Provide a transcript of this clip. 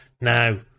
now